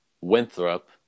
Winthrop